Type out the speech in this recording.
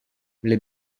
les